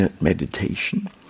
meditation